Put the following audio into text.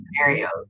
scenarios